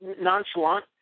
nonchalant